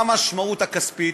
מה המשמעות הכספית.